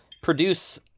produce